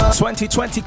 2020